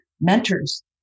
mentors